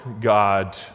God